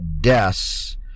deaths